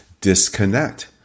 disconnect